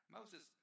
Moses